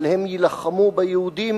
אבל הם יילחמו ביהודים,